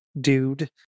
dude